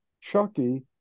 Chucky